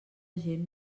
gent